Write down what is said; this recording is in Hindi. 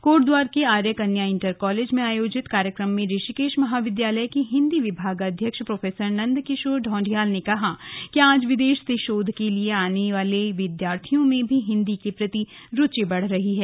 कोटद्वार के आर्य कन्या इंटर कॉलेज में आयोजित कार्यक्रम में ऋषिकेश महाविद्यालय के हिन्दी विभागाध्यक्ष प्रोफेसर नन्द किशोर ढौंडियाल ने कहा कि आज विदेश से शोध के लिए आने वाले विद्यार्थियों में भी हिन्दी के लिए रूचि बढ़ रही है